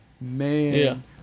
man